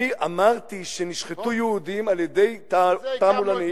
אני אמרתי שנשחטו יהודים על-ידי תועמלנים,